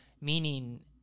Meaning